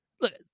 Look